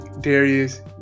Darius